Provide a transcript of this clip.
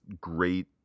great